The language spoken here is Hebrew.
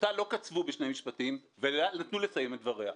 אותה לא קצבו בשני משפטים ולה נתנו לסיים את דבריה.